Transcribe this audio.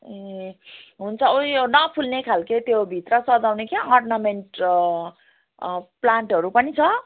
ए हुन्छ उयो नफुल्ने खाले त्यो भित्र सजाउने क्या अर्नामेन्ट प्लान्टहरू पनि छ